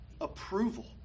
approval